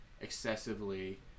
excessively